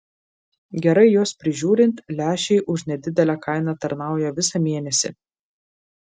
gerai juos prižiūrint lęšiai už nedidelę kainą tarnauja visą mėnesį